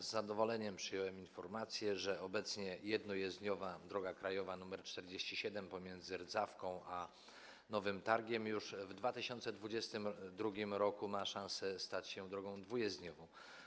Z zadowoleniem przyjąłem informację, że obecnie jednojezdniowa droga krajowa nr 47 pomiędzy Rdzawką a Nowym Targiem już w 2022 r. ma szansę stać się drogą dwujezdniową.